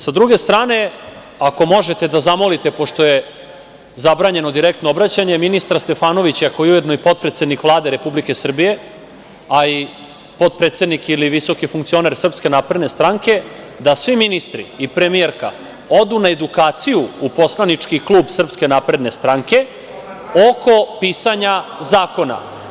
Sa druge strane, ako možete da zamolite, pošto je zabranjeno direktno obraćanje, ministra Stefanovića koji je ujedno i potpredsednik Vlade Republike Srbije, a i potpredsednik ili visoki funkcioner SNS, da svi ministri i premijerka odu na edukaciju u poslanički klub SNS oko pisanja zakona.